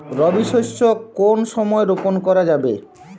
রবি শস্য কোন সময় রোপন করা যাবে?